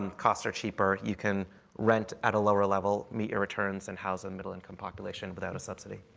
and costs are cheaper. you can rent at a lower level, meet your returns, and house a middle income population without a subsidy.